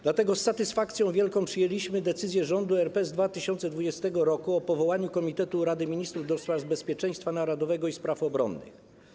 Dlatego z wielką satysfakcją przyjęliśmy decyzję rządu RP z 2020 r. o powołaniu Komitetu Rady Ministrów do spraw Bezpieczeństwa Narodowego i spraw Obronnych.